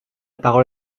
parole